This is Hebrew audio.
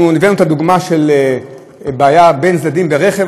אנחנו הבאנו את הדוגמה של בעיה בין צדדים ברכב,